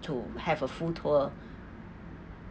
to have a full tour